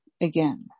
again